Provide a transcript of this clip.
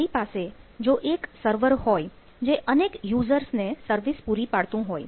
મારી પાસે જો એક સર્વર હોય જે અનેક યુઝર્સ ની એક લાઈન છે